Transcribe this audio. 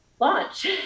launch